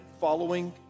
following